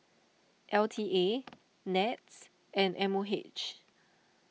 L T A NETS and M O H